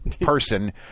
person